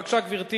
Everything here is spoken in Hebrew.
בבקשה, גברתי